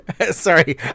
sorry